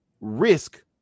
risk